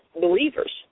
believers